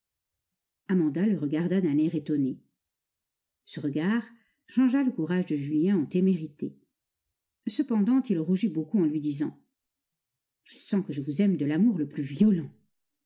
amanda le regarda d'un air étonné ce regard changea le courage de julien en témérité cependant il rougit beaucoup en lui disant je sens que je vous aime de l'amour le plus violent